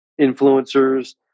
influencers